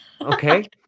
Okay